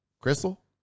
Crystal